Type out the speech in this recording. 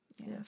yes